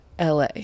la